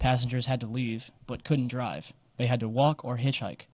passengers had to leave but couldn't drive they had to walk or hitchhike